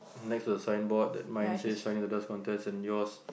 next to the signboard that mine says sign in the dance contest and yours